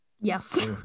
yes